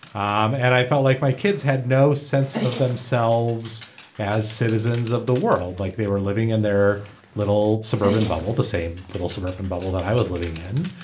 um and i felt like my kids had no sense of themselves as citizens of the world like they were living in their little suburban bubble the same little suburban bubble that i was living in.